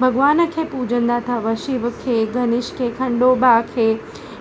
भॻवान खे पूजंदा अथव शिव खे गणेश खे खंडूबा खे